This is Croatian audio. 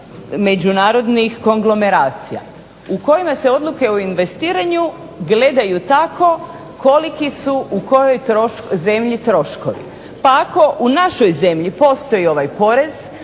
međunarodnih konglomeracija u kojima se odluke o investiranju gledaju tako koliki su u kojoj zemlji troškovi. Pa ako u našoj zemlji postoji ovaj porez